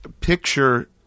picture